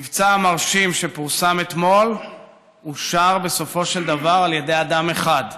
המבצע המרשים שפורסם אתמול אושר בסופו של דבר על ידי אדם אחד,